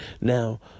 Now